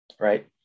right